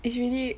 it's really